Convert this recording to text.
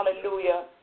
hallelujah